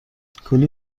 کلی